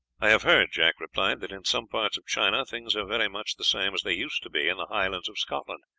i have heard, jack replied, that in some parts of china things are very much the same as they used to be in the highlands of scotland.